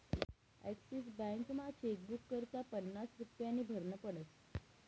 Axis बॅकमा chequebook करता पन्नास रुप्या फी भरनी पडस